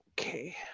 Okay